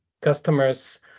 customers